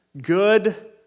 good